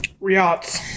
riots